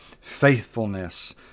faithfulness